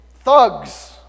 thugs